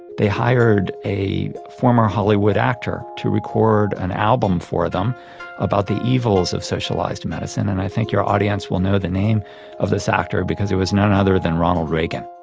they hired a former hollywood actor to record an album for them about the evils of socialised medicine, and i think your audience will know the name of this actor because it was none other than ronald reagan.